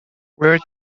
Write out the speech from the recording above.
where